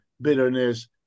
bitterness